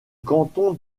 canton